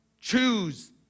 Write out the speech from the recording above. Choose